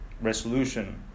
Resolution